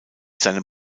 seinem